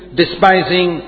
despising